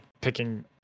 picking